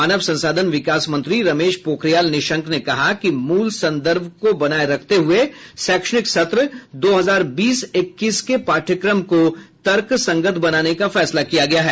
मानव संसाधन विकास मंत्री रमेश पोखरियाल निशंक ने कहा कि मूल संदर्भ को बनाए रखते हुए शैक्षणिक सत्र दो हजार बीस इक्कीस के पाठ्यक्रम को तर्कसंगत बनाने का फैसला किया गया है